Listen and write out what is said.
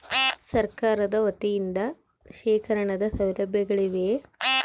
ಸರಕಾರದ ವತಿಯಿಂದ ಶೇಖರಣ ಸೌಲಭ್ಯಗಳಿವೆಯೇ?